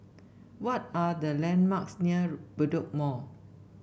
what are the landmarks near Bedok Mall